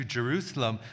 Jerusalem